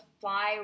fly